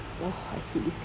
ugh I hate this guy